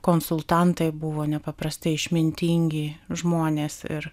konsultantai buvo nepaprastai išmintingi žmonės ir